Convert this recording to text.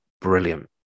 brilliant